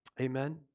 Amen